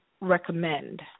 recommend